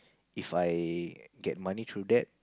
If I get money through that